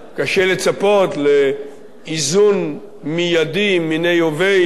קשה לצפות לאיזון מיידי מיניה וביה.